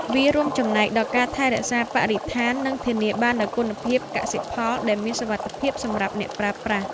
វារួមចំណែកដល់ការថែរក្សាបរិស្ថាននិងធានាបាននូវគុណភាពកសិផលដែលមានសុវត្ថិភាពសម្រាប់អ្នកប្រើប្រាស់។